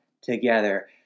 together